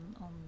on